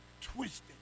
twisted